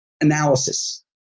analysis